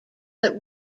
but